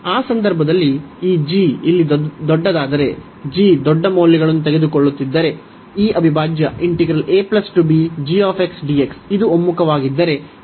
ಆ ಸಂದರ್ಭದಲ್ಲಿ ಈ g ಇಲ್ಲಿ ದೊಡ್ಡದಾದರೆ g ದೊಡ್ಡ ಮೌಲ್ಯಗಳನ್ನು ತೆಗೆದುಕೊಳ್ಳುತ್ತಿದ್ದರೆ ಈ ಅವಿಭಾಜ್ಯ ಇದು ಒಮ್ಮುಖವಾಗಿದ್ದರೆ ಸ್ವಾಭಾವಿಕವಾಗಿ ಅವಿಭಾಜ್ಯ